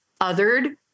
othered